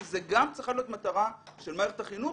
כי זו גם צריכה להיות מטרה של מערכת החינוך